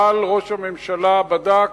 אבל ראש הממשלה בדק,